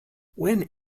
when